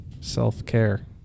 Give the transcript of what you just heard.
self-care